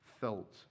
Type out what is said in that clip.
felt